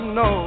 no